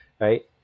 right